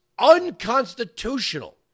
unconstitutional